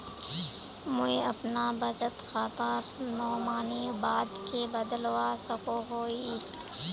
मुई अपना बचत खातार नोमानी बाद के बदलवा सकोहो ही?